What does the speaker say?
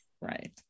Right